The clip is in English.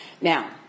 Now